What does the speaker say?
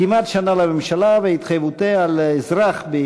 כמעט שנה לממשלה והתחייבויותיה לאזרחים,